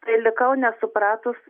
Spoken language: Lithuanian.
tai likau nesupratus